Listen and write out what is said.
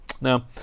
Now